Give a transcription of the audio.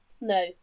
No